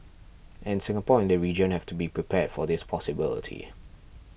and Singapore and the region have to be prepared for this possibility